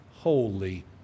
holy